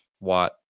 watt